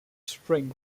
spring